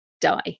die